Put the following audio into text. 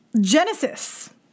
Genesis